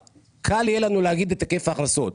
קל יהיה לנו להגיד את היקף ההכנסות,